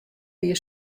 wie